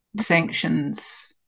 Sanctions